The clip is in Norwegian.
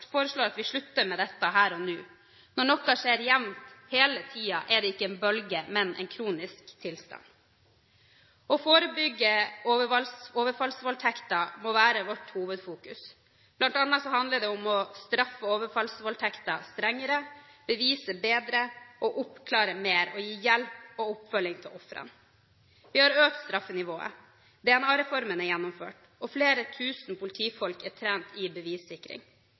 foreslår at vi slutter med dette her og nå. Når noe skjer jevnt hele tiden, er det ikke en bølge, men en kronisk tilstand.» Å forebygge overfallsvoldtekter må være vårt hovedfokus. Blant annet handler det om å straffe overfallsvoldtekter strengere, bevise bedre, oppklare mer og gi hjelp og oppfølging til ofrene. Vi har økt straffenivået, DNA-reformen er gjennomført, og flere tusen politifolk er trent i bevissikring.